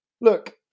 Look